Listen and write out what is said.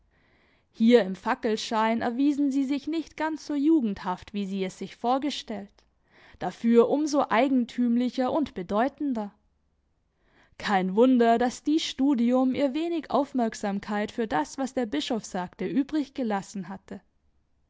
hier im fackelschein erwiesen sie sich nicht ganz so jugendhaft wie sie es sich vorgestellt dafür um so eigentümlicher und bedeutender kein wunder daß dies studium ihr wenig aufmerksamkeit für das was der bischof sagte übrig gelassen hatte